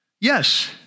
Yes